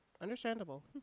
Understandable